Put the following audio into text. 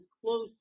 close